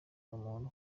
umuntu